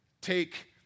take